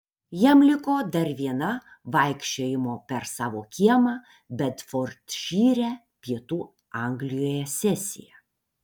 jam liko dar viena vaikščiojimo per savo kiemą bedfordšyre pietų anglijoje sesija